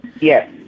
Yes